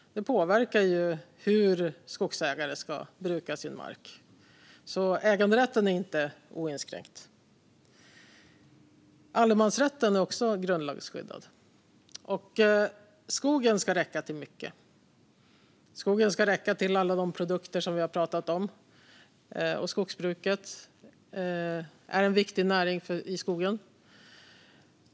Den påverkar hur skogsägare ska bruka sin mark. Äganderätten är inte oinskränkt. Allemansrätten är också grundlagsskyddad. Skogen ska räcka till mycket. Skogen ska räcka till alla de produkter som vi har pratat om, och skogsbruket är en viktig näring i skogen.